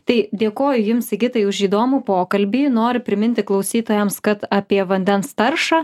tai dėkoju jums sigitai už įdomų pokalbį noriu priminti klausytojams kad apie vandens taršą